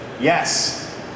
Yes